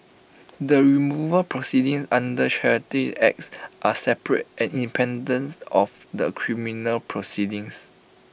the removal proceedings under charities acts are separate and independence of the criminal proceedings